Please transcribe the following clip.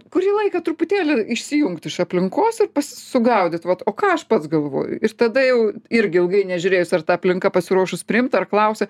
kurį laiką truputėlį išsijungt iš aplinkos ir pasi sugaudyt vat o ką aš pats galvoju ir tada jau irgi ilgai nežiūrėjus ar ta aplinka pasiruošus priimti ar klausia